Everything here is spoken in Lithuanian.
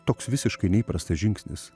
toks visiškai neįprastas žingsnis